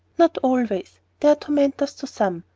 not always they are tormentors to some.